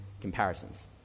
comparisons